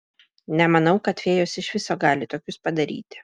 nemanau kad fėjos iš viso gali tokius padaryti